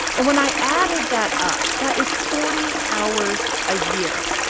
and when i added that up, that is forty hours a year.